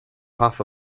path